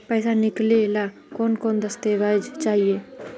पैसा निकले ला कौन कौन दस्तावेज चाहिए?